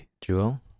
Jewel